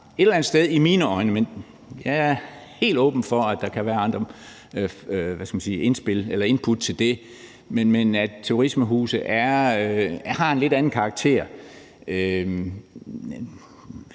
et eller andet sted i mine øjne – men jeg er helt åben for, at der kan være andre indput til det – har en lidt anden karakter,